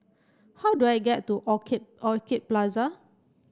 how do I get to Orchid Orchid Plaza